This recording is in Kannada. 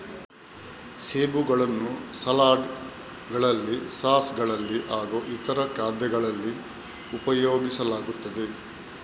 ಸೇಬುಗಳನ್ನು ಸಲಾಡ್ ಗಳಲ್ಲಿ ಸಾಸ್ ಗಳಲ್ಲಿ ಹಾಗೂ ಇತರ ಖಾದ್ಯಗಳಲ್ಲಿ ಉಪಯೋಗಿಸಲಾಗುತ್ತದೆ